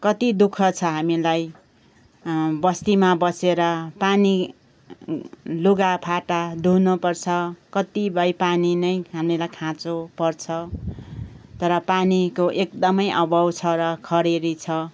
कति दु ख छ हामीलाई हो बस्तीमा बसेर पानी लुगाफाटा धुनुपर्छ कतिपय पानी नै हामीलाई खाँचो पर्छ तर पानीको एकदमै अभाव छ र खडेरी छ